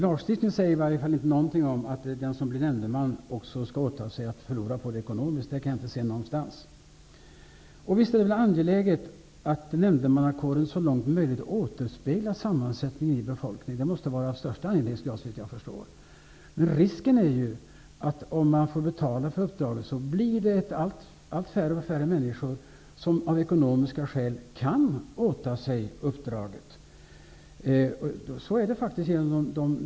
Lagen säger i varje fall ingenting om att den som blir nämndeman också skall åta sig att förlora på det ekonomiskt. Det kan jag inte se någonstans. Visst är det angeläget att nämndemannakåren så långt det är möjligt återspeglar sammansättningen i befolkningen. Det måste vara av största angelägenhetsgrad, såvitt jag förstår. Risken är att om man får betala för uppdraget blir det allt färre människor som av ekonomiska skäl kan åta sig uppdraget.